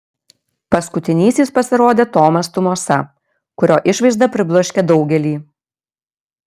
paskutinysis pasirodė tomas tumosa kurio išvaizda pribloškė daugelį